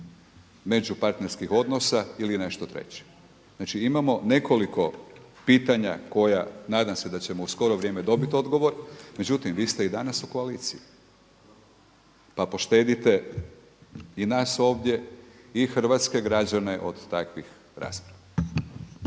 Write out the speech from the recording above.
međupartnerskih odnosa, ili nešto treće. Znači, imamo nekoliko pitanja koja nadam se da ćemo u skoro vrijeme dobiti odgovor. Međutim, vi ste i danas u koaliciji, pa poštedite i nas ovdje i hrvatske građane od takvih rasprava.